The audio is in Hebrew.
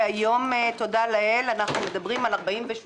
היום תודה לאל אנחנו מדברים על 48